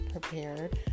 prepared